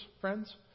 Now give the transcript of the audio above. friends